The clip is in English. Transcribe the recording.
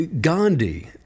Gandhi